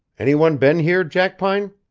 any one been here, jackpine?